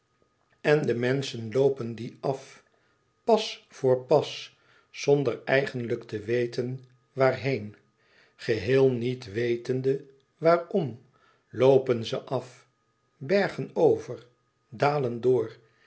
en de menschen loopen dien af pas voor pas zonder eigenlijk te weten waarheen geheel niet wetende waarm loopen ze af bergen over dalen door